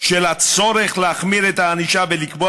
של הצורך להחמיר את הענישה ולקבוע